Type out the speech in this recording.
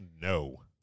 no